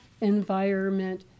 environment